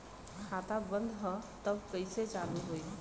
खाता बंद ह तब कईसे चालू होई?